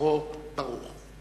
זכרו ברוך.